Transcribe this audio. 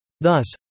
Thus